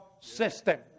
system